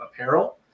apparel